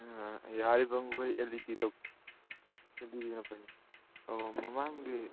ꯌꯥꯔꯤꯕꯃꯈꯩ L E D ꯇꯧꯁꯦ L E ꯗꯤꯅ ꯐꯩ ꯑꯣ ꯃꯃꯥꯡꯒꯤ